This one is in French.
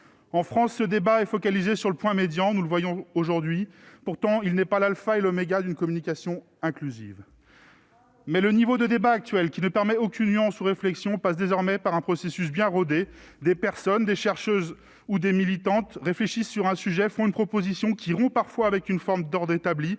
En France, ce débat s'est focalisé sur le point médian, comme nous le voyons aujourd'hui. Pourtant, celui-ci n'est pas l'alpha et l'oméga d'une communication inclusive. Bravo ! Mais le niveau de débat actuel, qui ne permet aucune nuance ou réflexion, passe désormais par un processus bien rodé : des personnes, des chercheuses ou des militantes, réfléchissent sur un sujet, font une proposition, qui rompt parfois avec une forme d'ordre établi